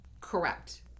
Correct